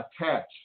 attach